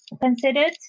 considered